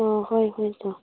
ꯑꯣ ꯍꯣꯏ ꯍꯣꯏ